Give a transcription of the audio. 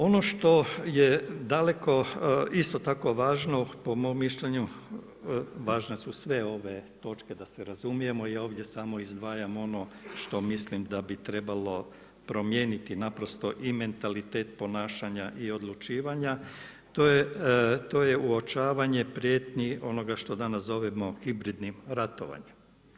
Ono što je daleko isto tako važno po mom mišljenju, važne su sve ove točke, da se razumijemo, ja ovdje samo izdvajam ono što mislim da bi trebalo promijeniti naprosto i mentalitet ponašanja i odlučivanja, to je uočavanje prijetnji onoga što danas zovemo hibridnim ratovanjem.